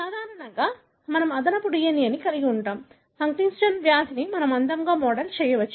సాధారణంగా మనం అదనపు DNA కలిగి ఉంటాం హంటింగ్టన్స్ వ్యాధిని మనం అందంగా మోడల్ చేయవచ్చు